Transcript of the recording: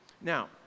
Now